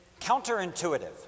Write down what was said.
counterintuitive